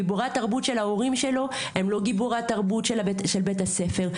גיבורי התרבות של ההורים שלו הם לא גיבורי התרבות של בית הספר.